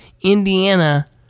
Indiana